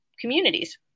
communities